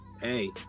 hey